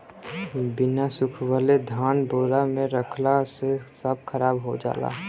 बिना सुखवले धान बोरा में रखला से सब खराब हो जाला